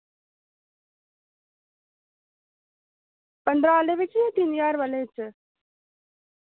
पन्द्रां आह्ले विच यां तिन ज्हार वाले च